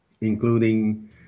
including